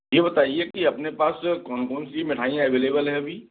ये बताइए कि अपने पास कौन कौन सी मिठाइयाँ अवेलेवल हैं अभी